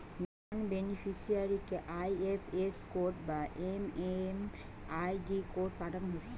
নন বেনিফিসিয়ারিকে IFS code বা MMID code পাঠানা হচ্ছে